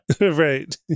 Right